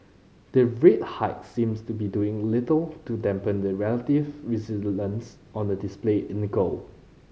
the rate hikes seems to be doing little to dampen the relative resilience on the display in the goal